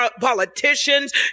politicians